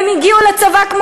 שמעתי אותם.